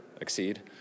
exceed